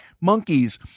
monkeys